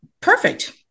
perfect